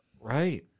right